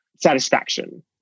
satisfaction